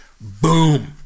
boom